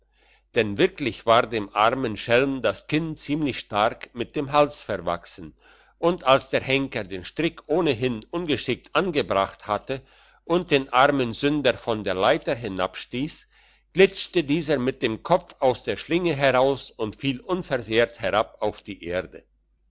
denn wirklich war dem armen schelm das kinn ziemlich stark mit dem hals verwachsen und als der henker den strick ohnehin ungeschickt angebracht hatte und den armen sünder von der leiter hinabstiess glitschte dieser mit dem kopf aus der schlinge heraus und fiel unversehrt herab auf die erde